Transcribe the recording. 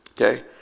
okay